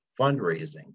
fundraising